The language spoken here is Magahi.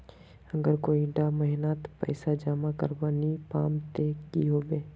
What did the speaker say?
अगर कोई डा महीनात पैसा जमा करवा नी पाम ते की होबे?